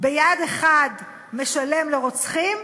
ביד אחת משלם לרוצחים,